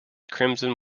crimson